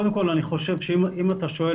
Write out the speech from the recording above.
אם אתה שואל,